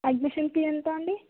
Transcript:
admission fee ఎంత అండి